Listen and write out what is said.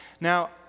Now